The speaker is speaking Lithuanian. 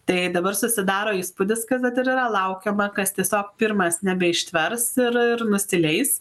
tai dabar susidaro įspūdis kad vat ir yra laukiama kas tiesiog pirmas nebeištvers ir ir nusileis